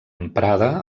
emprada